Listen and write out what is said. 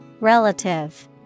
relative